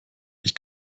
ich